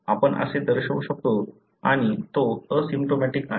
आपण असे दर्शवू शकतो आणि तो असिम्प्टोमॅटिक आहे